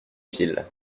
fil